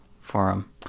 forum